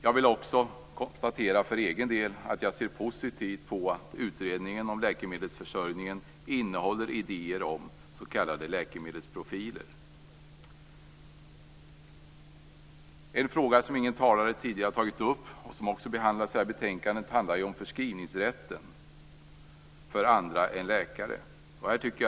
Jag kan för egen del konstatera att jag ser positivt på att utredningen om läkemedelsförsörjningen innehåller idéer om s.k. läkemedelsprofiler. En fråga som ingen talare tidigare har tagit upp men som också behandlas i betänkandet handlar om förskrivningsrätten för andra än läkare.